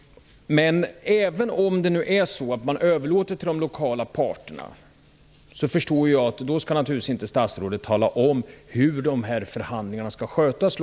När man nu överlåter ansvaret till de lokala parterna, förstår jag att statsrådet naturligtvis inte skall tala om hur de lokala förhandlingarna skall skötas.